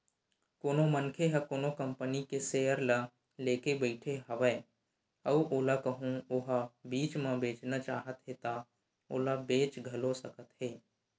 कोनो मनखे ह कोनो कंपनी के सेयर ल लेके बइठे हवय अउ ओला कहूँ ओहा बीच म बेचना चाहत हे ता ओला बेच घलो सकत हे